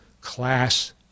class